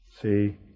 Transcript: See